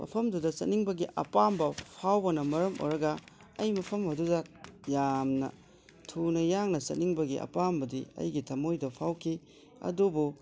ꯃꯐꯝꯗꯨꯗ ꯆꯠꯅꯤꯡꯕꯒꯤ ꯑꯄꯥꯝꯕ ꯐꯥꯎꯕꯅ ꯃꯔꯝ ꯑꯣꯏꯔꯒ ꯑꯩ ꯃꯐꯝ ꯑꯗꯨꯗ ꯌꯥꯝꯅ ꯊꯨꯅ ꯌꯥꯡꯅ ꯆꯠꯅꯤꯡꯕꯒꯤ ꯑꯄꯥꯝꯕꯗꯤ ꯑꯩꯒꯤ ꯊꯃꯣꯏꯗ ꯐꯥꯎꯈꯤ ꯑꯗꯨꯕꯨ